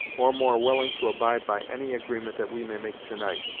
or more willing to abide by any agreement that we may make to-night.